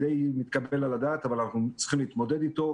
מתקבל על הדעת אבל אנחנו צריכים להתמודד איתו